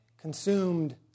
consumed